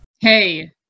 Hey